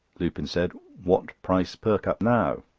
lupin said what price perkupp now?